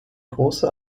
große